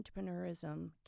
entrepreneurism